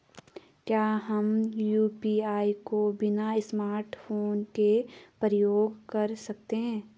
क्या हम यु.पी.आई को बिना स्मार्टफ़ोन के प्रयोग कर सकते हैं?